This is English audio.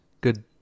Good